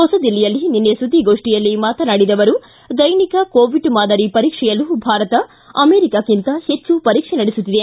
ಹೊಸದಿಲ್ಲಿಯಲ್ಲಿ ನಿನ್ನೆ ಸುದ್ದಿಗೋಷ್ಠಿಯಲ್ಲಿ ಮಾತನಾಡಿದ ಅವರು ದೈನಿಕ ಕೋವಿಡ್ ಮಾದರಿ ಪರೀಕ್ಷೆಯಲ್ಲೂ ಭಾರತ ಅಮೆರಿಕಕ್ಕಿಂತ ಹೆಚ್ಚು ಪರೀಕ್ಷೆ ನಡೆಸುತ್ತಿದೆ